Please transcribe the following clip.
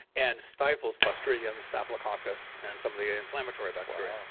and stifles clostridiums, staphylococcus and some of the inflammatory bacteria.